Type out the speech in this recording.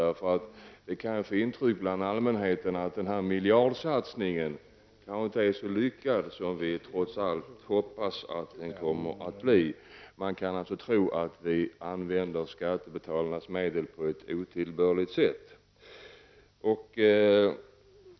Det kan ge allmänheten intrycket att miljardsatsningen på JAS inte är så lyckad som vi hoppas att den skall bli. Man kan alltså få den uppfattningen att vi använder skattebetalarnas medel på ett otillbörligt sätt.